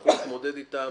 שתצטרכו להתמודד אתן,